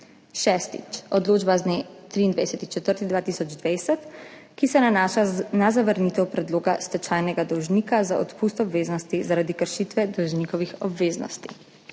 Šestič, odločba z dne 23. 4. 2020, ki se nanaša na zavrnitev predloga stečajnega dolžnika za odpust obveznosti zaradi kršitve dolžnikovih obveznosti.